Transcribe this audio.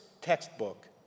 textbook